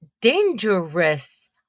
dangerous